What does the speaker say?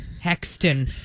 hexton